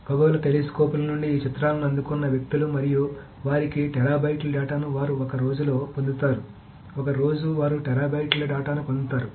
ఖగోళ టెలిస్కోప్ల నుండి ఈ చిత్రాలను అందుకున్న వ్యక్తులు మరియు వారికి టెరాబైట్ల డేటాను వారు ఒక రోజులో పొందుతారు ఒకే రోజు వారు టెరాబైట్ల డేటాను పొందుతారు